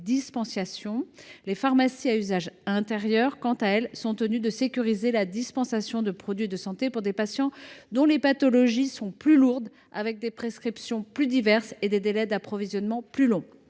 les pharmacies à usage intérieur sont quant à elles tenues de sécuriser la dispensation de produits de santé pour des patients dont les pathologies sont plus lourdes, les prescriptions plus diverses et les délais d’approvisionnement plus longs.